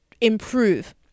improve